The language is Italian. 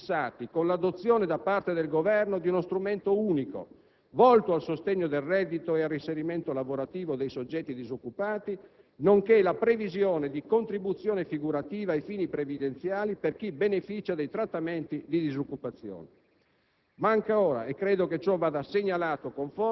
In questo quadro, gli obbiettivi principali sono fissati con l'adozione da parte del Governo di uno strumento unico, volto al sostegno del reddito e al reinserimento lavorativo dei soggetti disoccupati, nonché con la previsione di contribuzione figurativa, ai fini previdenziali, per chi beneficia dei trattamenti di disoccupazione.